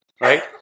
right